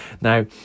Now